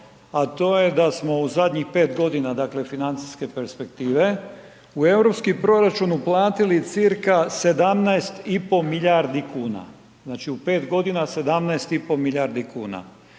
a to je da smo u zadnjih 5 godina dakle financijske perspektive u europski proračun uplatili cca 17,5 milijardi kuna, znači u 5 godina 17,5 milijardi kuna.